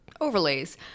overlays